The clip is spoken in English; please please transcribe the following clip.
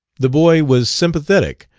the boy was sympathetic,